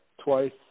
twice